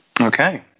Okay